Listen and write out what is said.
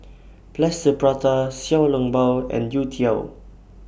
Plaster Prata Xiao Long Bao and Youtiao